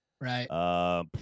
right